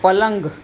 પલંગ